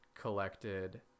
collected